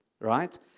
right